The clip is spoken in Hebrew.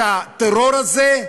את הטרור הזה,